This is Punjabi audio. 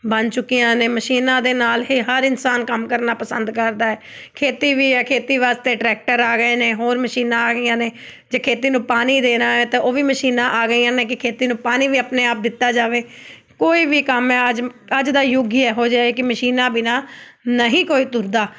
ਬਣ ਚੁੱਕੀਆਂ ਨੇ ਮਸ਼ੀਨਾਂ ਦੇ ਨਾਲ ਇਹ ਹਰ ਇਨਸਾਨ ਕੰਮ ਕਰਨਾ ਪਸੰਦ ਕਰਦਾ ਹੈ ਖੇਤੀ ਵੀ ਹੈ ਖੇਤੀ ਵਾਸਤੇ ਟਰੈਕਟਰ ਆ ਗਏ ਨੇ ਹੋਰ ਮਸ਼ੀਨਾਂ ਆ ਗਈਆਂ ਨੇ ਜੇ ਖੇਤੀ ਨੂੰ ਪਾਣੀ ਦੇਣਾ ਹੈ ਅਤੇ ਉਹ ਵੀ ਮਸ਼ੀਨਾਂ ਆ ਗਈਆਂ ਨੇ ਕਿ ਖੇਤੀ ਨੂੰ ਪਾਣੀ ਵੀ ਆਪਣੇ ਆਪ ਦਿੱਤਾ ਜਾਵੇ ਕੋਈ ਵੀ ਕੰਮ ਹੈ ਅੱਜ ਅੱਜ ਦਾ ਯੁੱਗ ਹੀ ਇਹੋ ਜਿਹਾ ਕੀ ਮਸ਼ੀਨਾਂ ਬਿਨਾਂ ਨਹੀਂ ਕੋਈ ਤੁਰਦਾ